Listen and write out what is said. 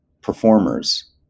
performers